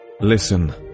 Listen